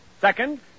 Second